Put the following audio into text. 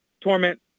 torment